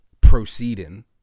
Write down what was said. proceeding